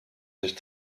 sich